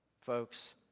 folks